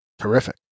Terrific